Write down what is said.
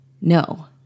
no